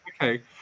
okay